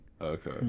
Okay